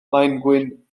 maengwyn